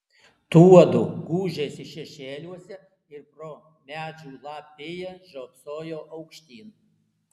tuodu gūžėsi šešėliuose ir pro medžių lapiją žiopsojo aukštyn